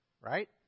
right